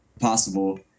possible